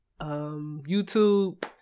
YouTube